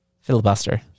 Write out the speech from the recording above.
Filibuster